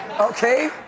Okay